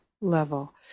level